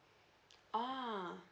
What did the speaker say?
oh